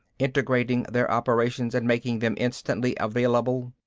integrating their operations and making them instantly available.